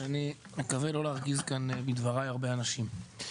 אני מקווה לא להרגיז כאן בדבריי הרבה אנשים.